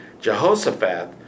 Jehoshaphat